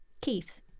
keith